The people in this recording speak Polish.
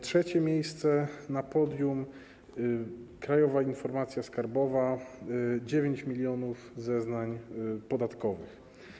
Trzecie miejsce na podium: Krajowa Informacja Skarbowa - 9 mln zeznań podatkowych.